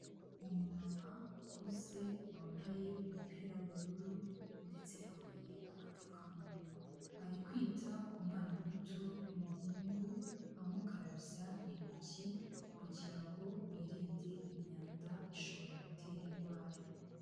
Umumama ukuze wambaye umupira w'ubururu ndetse yambaye agapfukamunwa, ari kwita ku mwana muto w'umuhungu, amukarabya intoki kugira ngo birinde imyanda ishobora gutera indwara.